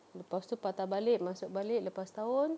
lepas tu patah balik masuk balik lepas setahun